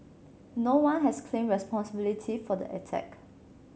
no one has claimed responsibility for the attack